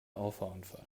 auffahrunfall